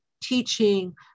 teaching